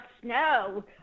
snow